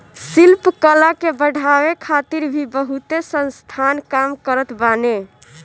शिल्प कला के बढ़ावे खातिर भी बहुते संस्थान काम करत बाने